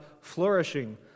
flourishing